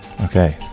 Okay